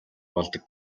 болдог